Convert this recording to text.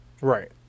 Right